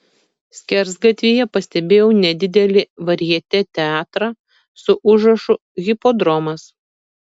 skersgatvyje pastebėjau nedidelį varjetė teatrą su užrašu hipodromas